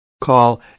Call